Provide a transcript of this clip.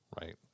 right